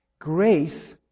Grace